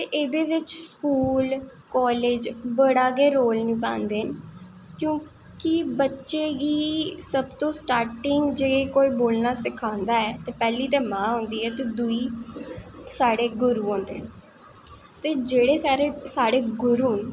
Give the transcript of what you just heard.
ते एह्दे बिच्च स्कूल कालेज़ बड़ा गै रोल निभांदे न कि जे बच्चे गी सब तो स्टार्टिंग जे कोई बोलनां सखांदा ऐ पैह्ली ते मां होंदी ऐ ते दूई साढ़े गुरु होंदे न ते जेह्ड़े साढ़े गुरु न